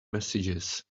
messages